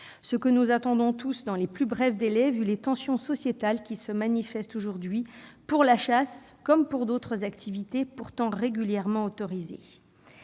ce que nous attendons tous dans les plus brefs délais, vu les tensions sociétales qui se manifestent aujourd'hui pour la chasse, comme pour d'autres activités pourtant régulièrement autorisées.